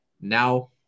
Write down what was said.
now